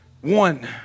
One